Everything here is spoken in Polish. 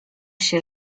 się